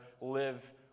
live